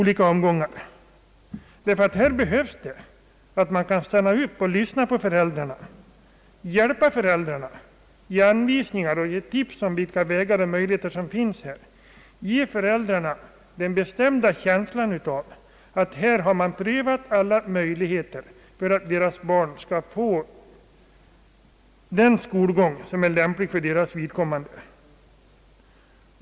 Det är angeläget att man i dessa fall får tillfälle att lyssna till föräldrarna, hjälpa dem, ge dem anvisningar och tips om vilka möjligheter som finns och att ge dem den bestämda känslan av att alla möjligheter har prövats för att barnen skall få den skolgång som är lämplig för deras vidkommande.